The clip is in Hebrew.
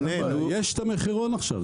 יש את המחירון עכשיו.